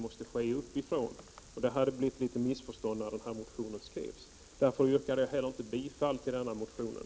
På den punkten hade det uppstått ett litet missförstånd när motionen skrevs. Därför yrkade jag heller inte bifall till den motionen.